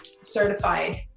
certified